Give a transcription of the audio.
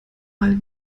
mal